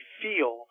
feel